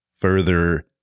further